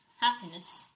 happiness